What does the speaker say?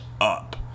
up